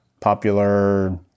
popular